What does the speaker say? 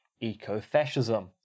eco-fascism